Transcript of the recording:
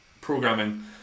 programming